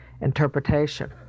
interpretation